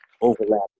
overlap